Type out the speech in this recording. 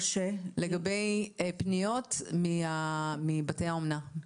לגבי פניות מבתי האומנה.